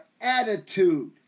attitude